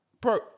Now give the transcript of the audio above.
Bro